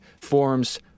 forms